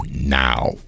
now